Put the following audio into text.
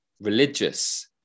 Religious